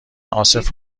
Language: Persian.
عاصف